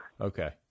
Okay